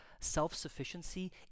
self-sufficiency